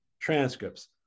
transcripts